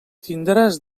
tindràs